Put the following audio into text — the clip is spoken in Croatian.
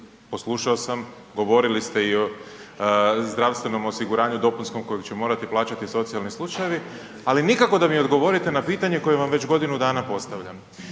poslušao sam, govorili ste i o zdravstvenom osiguranju dopunskom kojeg će morati plaćati i socijalni slučajevi, ali nikako da mi odgovorite na pitanje koje vam već godinu dana postavljam,